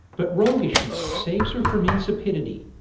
but roguishness saves her from insipidity.